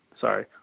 Sorry